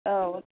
औ